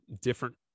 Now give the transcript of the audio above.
different